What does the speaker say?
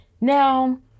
Now